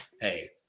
hey